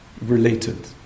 related